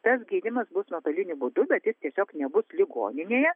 tas gydymas bus nuotoliniu būdu bet jis tiesiog nebus ligoninėje